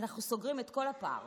אנחנו סוגרים את כל הפער